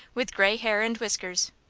with gray hair and whiskers.